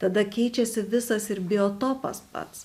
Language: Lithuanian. tada keičiasi visas ir biotopas pats